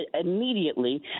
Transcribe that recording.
immediately